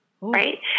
right